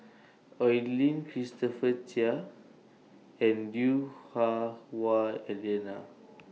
Oi Lin Christopher Chia and Lui Hah Wah Elena